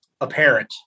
apparent